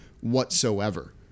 whatsoever